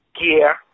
gear